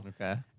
Okay